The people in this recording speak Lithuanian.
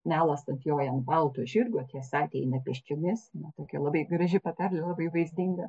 melas atjoja ant balto žirgo tiesa ateina pėsčiomis ne tokia labai graži patarlė labai vaizdinga